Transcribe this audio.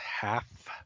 half